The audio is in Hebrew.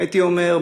הייתי אומר,